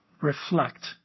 reflect